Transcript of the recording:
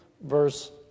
verse